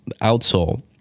outsole